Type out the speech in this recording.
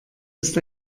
ist